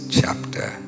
chapter